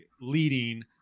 leading